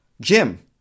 Jim